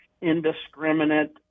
indiscriminate